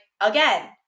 again –